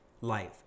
life